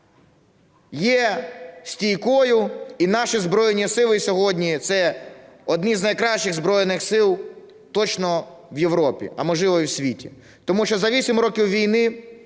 є стійкою. І наші Збройні Сили сьогодні – це одні з найкращих Збройних Сил точно в Європі, а, можливо, і в світі. Тому що за 8 років війни…